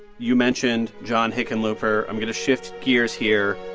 you mentioned john hickenlooper. i'm going to shift gears here,